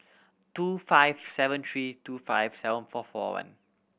two five seven three two five seven four four one